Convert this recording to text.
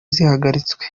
zihagaritswe